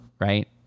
Right